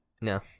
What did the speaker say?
no